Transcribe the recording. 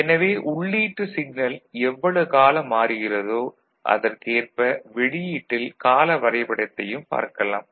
எனவே உள்ளீட்டு சிக்னல் எவ்வளவு காலம் மாறுகிறதோ அதற்கேற்ப வெளியீட்டில் கால வரைபடத்தையும் பார்க்கலாம்